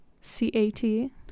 C-A-T